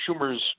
Schumer's